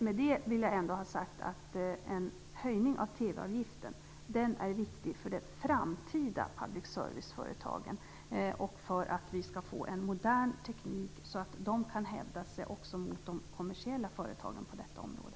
Med detta vill jag ha sagt att en höjning av TV avgiften är viktig för de framtida public serviceföretagen och för att vi skall kunna få en modern teknik så att de kan hävda sig också mot de kommersiella företagen på detta område.